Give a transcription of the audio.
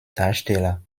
darsteller